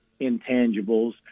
intangibles